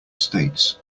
states